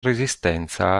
resistenza